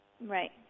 Right